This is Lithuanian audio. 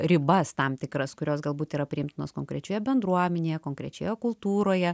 ribas tam tikras kurios galbūt yra priimtinos konkrečioje bendruomenėje konkrečioje kultūroje